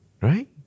Right